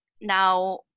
now